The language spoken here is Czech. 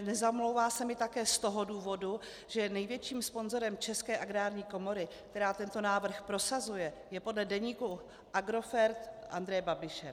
Nezamlouvá se mi také z toho důvodu, že největším sponzorem české Agrární komory, která tento návrh prosazuje, je podle Deníku Agrofert Andreje Babiše.